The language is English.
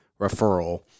referral